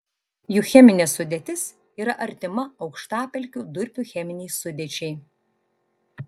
jų cheminė sudėtis yra artima aukštapelkių durpių cheminei sudėčiai